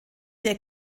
der